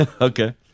Okay